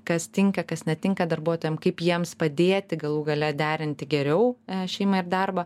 kas tinka kas netinka darbuotojam kaip jiems padėti galų gale derinti geriau šeima ir darbą